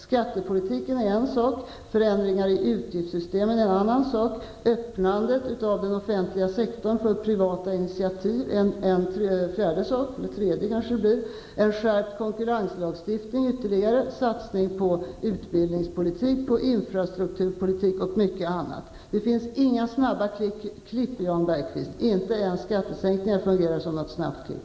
Skattepolitiken är en sak, men andra saker är förändringar i utgiftssystemen, öppnandet av den offentliga sektorn för privata initiativ, en skärpt konkurrenslagstiftning, en satsning på utbildningspolitik, infrastrukturpolitik och mycket annat. Det finns inga snabba klipp att göra, Jan Bergqvist. Inte ens skattesänkningar fungerar som något snabbt klipp.